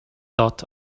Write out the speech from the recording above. dot